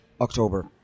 October